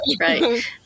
right